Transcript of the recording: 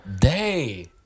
day